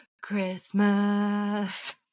christmas